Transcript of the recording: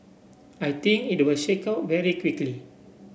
I think it will shake out very quickly